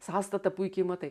sąstatą puikiai matai